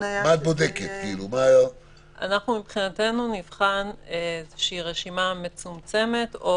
אנחנו מבחינתנו נבחן רשימה מצומצמת או